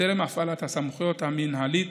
בטרם הפעלת הסמכות המינהלית,